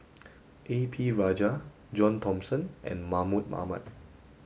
a P Rajah John Thomson and Mahmud Ahmad